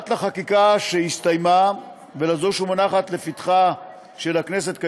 פרט לחקיקה שהסתיימה ולזו שמונחת לפתחה של הכנסת כיום,